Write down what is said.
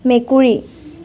মেকুৰী